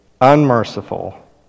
Unmerciful